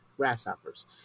Grasshoppers